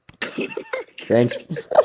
Thanks